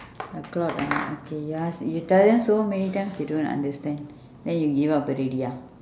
a cloth ah okay ya you tell them so many times they don't understand then you give up already ah